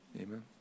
Amen